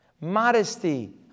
Modesty